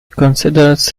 considers